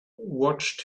watched